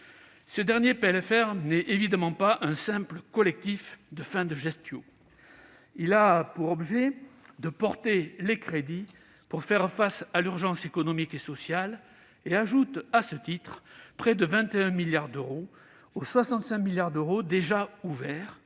Ce dernier PLFR n'est évidemment pas un simple collectif de fin de gestion : il a pour objet de porter les crédits nécessaires pour faire face à l'urgence économique et sociale, et ajoute à ce titre près de 21 milliards d'euros-dont la moitié pour